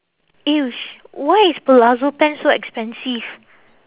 eh why is palazzo pants so expensive